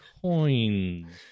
coins